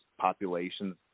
populations